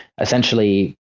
essentially